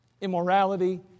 immorality